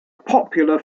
popular